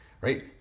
Right